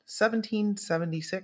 1776